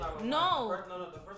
No